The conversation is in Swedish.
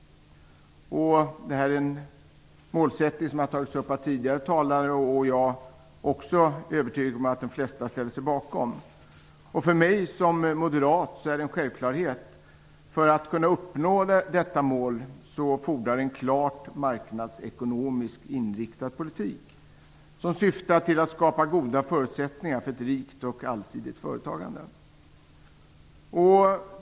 Detta är en målsättning som har tagits upp av tidigare talare. Jag är övertygad om att de flesta ställer sig bakom den. För mig som moderat är det en självklarhet att för att vi skall uppnå detta mål fordras en klart marknadsekonomiskt inriktad politik som syftar till att skapa goda förutsättningar för ett rikt och allsidigt företagande.